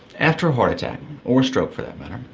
after a heart attack, or stroke for that matter,